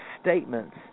statements